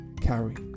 carry